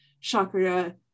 chakra